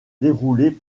dérouler